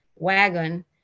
Wagon